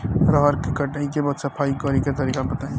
रहर के कटाई के बाद सफाई करेके तरीका बताइ?